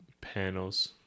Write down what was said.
panels